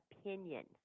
opinion